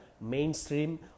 mainstream